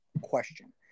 question